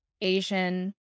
Asian